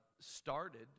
started